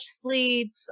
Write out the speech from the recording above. sleep